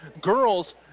girls